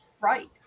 Right